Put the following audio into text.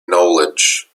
knowledge